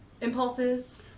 impulses